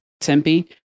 Tempe